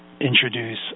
introduce